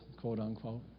quote-unquote